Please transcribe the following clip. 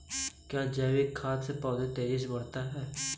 क्या जैविक खाद से पौधा तेजी से बढ़ता है?